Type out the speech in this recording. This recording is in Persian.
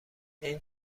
این